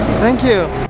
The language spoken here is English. thank you!